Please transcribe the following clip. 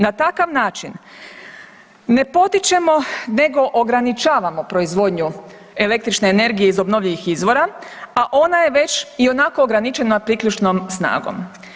Na takav način ne potičemo nego ograničavamo proizvodnju električne energije iz obnovljivih izvora, a ona je već ionako ograničena priključnom snagom.